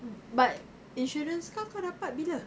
but insurance kau kau dapat bila